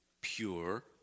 pure